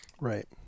Right